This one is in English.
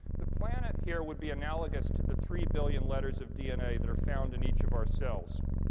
the planet, here, would be analogous to the three billion letters of dna that are found in each of our cells.